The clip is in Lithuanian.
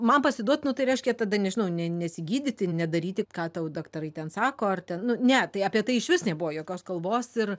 man pasiduot nu tai reiškia tada nežinau ne nesigydyti nedaryti ką tau daktarai ten sako ar ten nu ne tai apie tai išvis nebuvo jokios kalbos ir